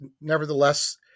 nevertheless